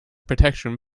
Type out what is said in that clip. protection